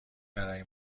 برای